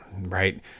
right